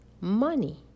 money